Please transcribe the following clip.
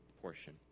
portion